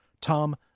Tom